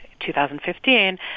2015